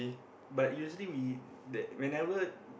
but usually we that whenever